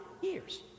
years